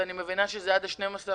ואני מבינה שהבקשות שלהם זה עד 12 ביולי.